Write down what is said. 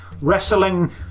Wrestling